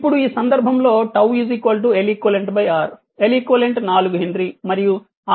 ఇప్పుడు ఈ సందర్భంలో 𝜏 Leq R Leq 4 హెన్రీ మరియు R 8 Ω